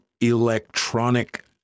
electronic